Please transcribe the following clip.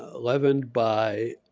eleven by